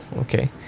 okay